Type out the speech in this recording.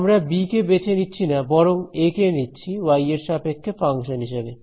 আমরা বি কে বেছে নিচ্ছি না বরং এ কে নিচ্ছি ওয়াই এর সাপেক্ষে ফাংশন হিসাবে